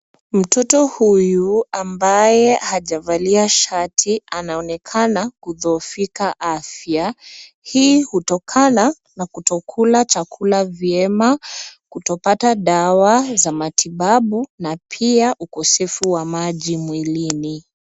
Mtoto huyu ambaye hajavalia shati anaonekana kudhoofika afya. Hii hutokana na kutokula chakula vyema, kutopata dawa za matibabu na pia ukosefu wa maji mwilini.